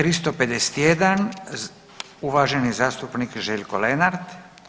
351. uvaženi zastupnik Željko Lenart.